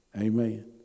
Amen